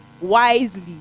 Wisely